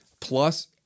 plus